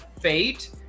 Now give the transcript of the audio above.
fate